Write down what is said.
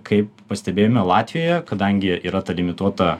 kai pastebėjome latvijoje kadangi yra ta limituota